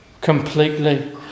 completely